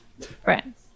friends